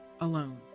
alone